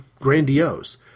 grandiose